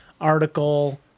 article